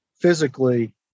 physically